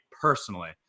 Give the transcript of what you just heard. personally